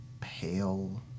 pale